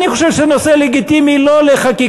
אני חושב שזה נושא לגיטימי לא לחקיקה,